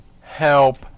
Help